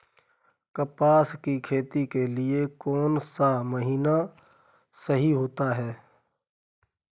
कपास की खेती के लिए कौन सा महीना सही होता है?